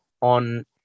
on